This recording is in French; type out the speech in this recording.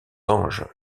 anges